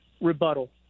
rebuttal